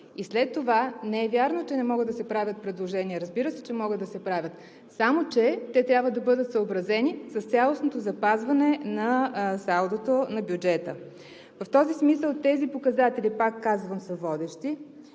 След това – не е вярно, че не могат да се правят предложения. Разбира се, че могат да се правят, само че те трябва да бъдат съобразени с цялостното запазване на салдото на бюджета. В този смисъл тези показатели, пак казвам, са водещи,